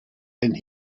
and